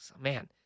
man